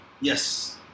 Yes